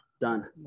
Done